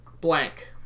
blank